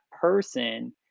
person